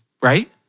right